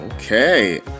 Okay